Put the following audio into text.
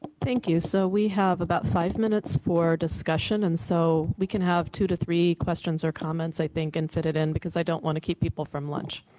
thank you. so we have about five minutes for discussion and so we can have two to three questions or comments, i think, and fit it in because i don't want to keep people from lunch.